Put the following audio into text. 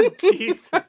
Jesus